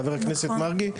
חבר הכנסת מרגי,